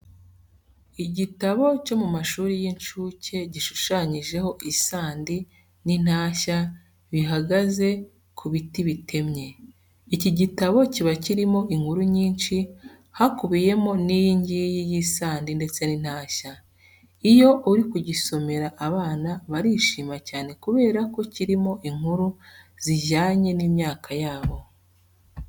Igitabo cyo mu mashuri y'inshuke gishushanyijeho isandi n'intashya bihagaze ku biti bitemye. Iki gitabo kiba kirimo inkuru nyinshi hakubiyemo n'iyi ngiyi y'isandi ndetse n'intashya. Iyo uri kugisomera abana barishima cyane kubera ko kirimo inkuru zijyanye n'imyaka yabo.